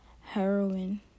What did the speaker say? heroin